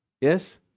Yes